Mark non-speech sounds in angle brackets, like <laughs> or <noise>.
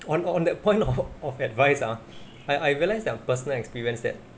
on on that point <laughs> of of advice ah <breath> I I realise their personal experience that